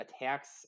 attacks